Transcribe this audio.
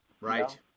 Right